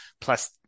plus